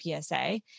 PSA